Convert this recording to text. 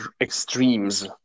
extremes